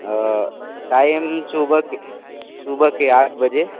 time सुबह के सुबह के आठ बजे